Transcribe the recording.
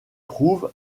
trouve